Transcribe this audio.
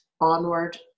onward